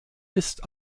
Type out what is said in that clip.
ist